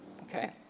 okay